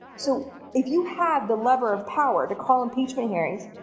so if you have the lever of power to call impeachment hearings,